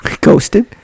Ghosted